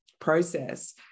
process